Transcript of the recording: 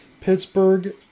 Pittsburgh